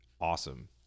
awesome